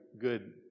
good